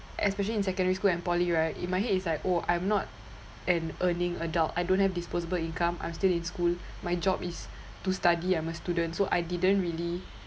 especially in secondary school and poly right in my head is like oh I'm not an earning adult I don't have disposable income I'm still in school my job is to study I'm a student so I didn't really